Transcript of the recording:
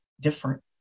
different